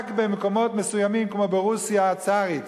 רק במקומות מסוימים כמו ברוסיה הצארית,